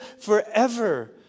forever